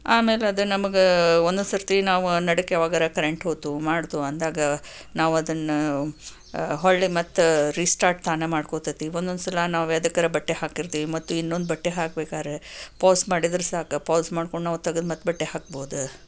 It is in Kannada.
ಆಮೇಲೆ ಅದ ನಮಗ ಒಂದೊಂದ್ಸರ್ತಿ ನಾವು ನಡಕ್ಕ ಯಾವಾಗಾದ್ರು ಕರೆಂಟ್ ಹೋಯಿತು ಮಾಡಿತು ಅಂದಾಗ ನಾವದನ್ನು ಹೊಳ್ಲಿ ಮತ್ತೆ ರೀಸ್ಟಾರ್ಟ್ ತಾನೇ ಮಾಡ್ಕೋತೈತಿ ಒಂದೊಂದ್ಸಲ ನಾವು ಎದಕ್ಕರ ಬಟ್ಟೆ ಹಾಕಿರ್ತೀವಿ ಮತ್ತೆ ಇನ್ನೊಂದ್ ಬಟ್ಟೆ ಹಾಕ್ಬೇಕಾದ್ರೆ ಪಾಸ್ ಮಾಡಿದರೆ ಸಾಕು ಪಾಸ್ ಮಾಡಿಕೊಂಡು ನಾವು ತೆಗೆದು ಮತ್ತೆ ಬಟ್ಟೆ ಹಾಕಬಹುದು